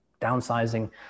Downsizing